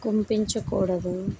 కుంపించకూడదు